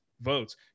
votes